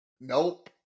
Nope